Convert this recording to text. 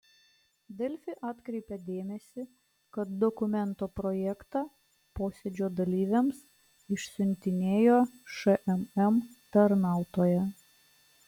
delfi atkreipia dėmesį kad dokumento projektą posėdžio dalyviams išsiuntinėjo šmm tarnautoja